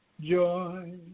joy